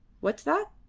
what's that?